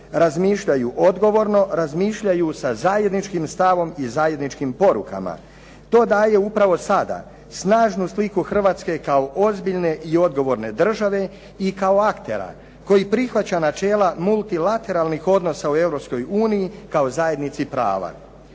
razmišljaju odgovorno, razmišljaju sa zajedničkim stavom i zajedničkim porukama. To daje upravo sada snažnu sliku Hrvatske kao ozbiljne i odgovorne države i kao aktera koji prihvaća načela multilateralnih odnosa u Europskoj uniji kao zajednici prava.